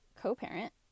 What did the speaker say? co-parent